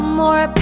more